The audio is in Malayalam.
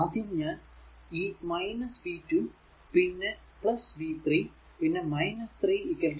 ആദ്യം ഞാൻ ഈ v 2 പിന്നെ v 3 പിന്നെ 3 0